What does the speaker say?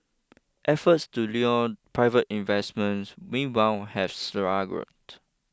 efforts to lure private investment meanwhile have struggled